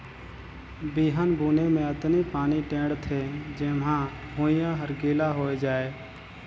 बिहन बुने मे अतनी पानी टेंड़ थें जेम्हा भुइयां हर गिला होए जाये